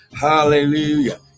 Hallelujah